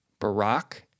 Barack